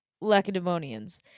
lacedaemonians